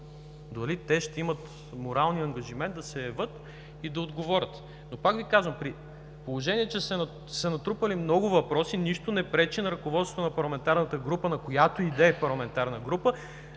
те ще имат моралния ангажимент да се явят и да отговорят. Пак Ви казвам, при положение че са се натрупали много въпроси нищо не пречи на ръководството на парламентарната група, на която и да е парламентарна група,